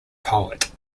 poet